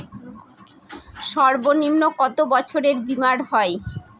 সর্বনিম্ন কত বছরের বীমার হয়?